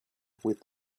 with